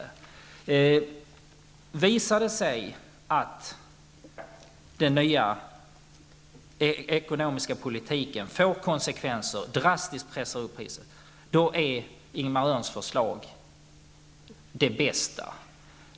Om det visar sig att den nya ekonomiska politiken får konsekvenser och drastiskt pressar upp priserna, är Ingemar Öhrns förslag det bästa.